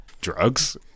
Drugs